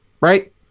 right